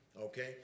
okay